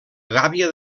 gàbia